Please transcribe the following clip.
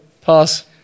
Pass